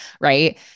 Right